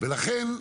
לכן,